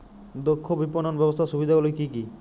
দক্ষ বিপণন ব্যবস্থার সুবিধাগুলি কি কি?